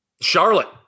Charlotte